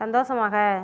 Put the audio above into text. சந்தோஷமாக